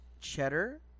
cheddar